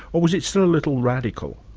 or was it still a little radical?